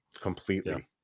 completely